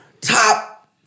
top